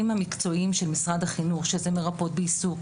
המקצועיים של משרד החינוך שזה מרפאות בעיסוק,